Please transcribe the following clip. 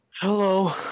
Hello